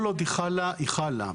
כל עוד היא חלה, היא חלה.